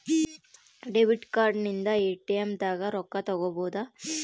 debit card ಇಂದ ATM ದಾಗ ರೊಕ್ಕ ತೆಕ್ಕೊಬೋದು